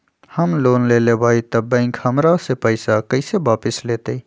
हम लोन लेलेबाई तब बैंक हमरा से पैसा कइसे वापिस लेतई?